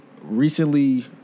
recently